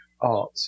art